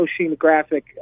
Oceanographic